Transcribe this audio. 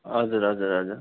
हजुर हजुर हजुर